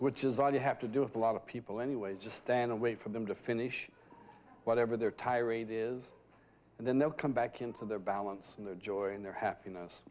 which is all you have to do with a lot of people anyway just stand and wait for them to finish whatever their tirade is and then they'll come back into their balance and their joy and their happiness